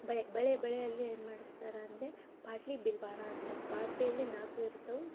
ಬಳೆ ಬಳೆ ಬಳೆಯಲ್ಲಿ ಏನು ಮಾಡಿಸ್ತಾರ ಅಂದರೆ ಪಾಟಲಿ ಬಿಲವಾರ ಅಂತಾರೆ ಪಾಟಲಿಯಲ್ಲಿ ನಾಲ್ಕು ಇರ್ತವೆ